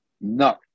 No